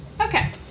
Okay